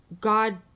God